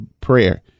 prayer